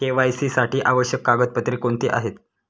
KYC साठी आवश्यक कागदपत्रे कोणती आहेत?